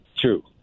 True